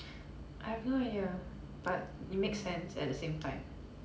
I have no idea but it makes sense at the same time